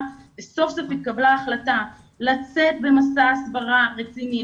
וסוף סוף התקבלה החלטה לצאת במסע הסברה רציני,